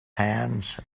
hands